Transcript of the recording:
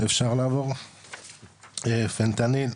פנטניל,